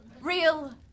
Real